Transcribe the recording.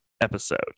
episode